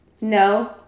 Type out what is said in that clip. no